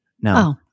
No